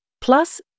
Plus